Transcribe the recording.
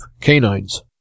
canines